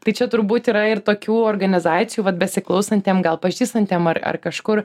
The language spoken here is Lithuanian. tai čia turbūt yra ir tokių organizacijų vat besiklausantiem gal pažįstantiem ar ar kažkur